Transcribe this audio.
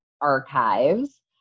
archives